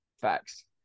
Facts